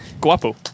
Guapo